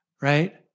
right